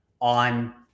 on